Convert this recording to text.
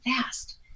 fast